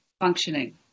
functioning